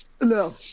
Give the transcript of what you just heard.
No